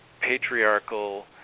patriarchal